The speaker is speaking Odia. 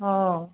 ହଁ